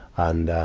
and, ah,